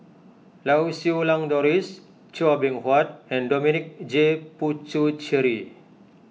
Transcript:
Lau Siew Lang Doris Chua Beng Huat and Dominic J Puthucheary